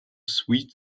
sweet